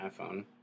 iphone